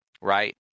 Right